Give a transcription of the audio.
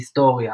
היסטוריה